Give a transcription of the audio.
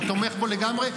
אני תומך בו לגמרי.